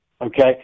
okay